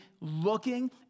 looking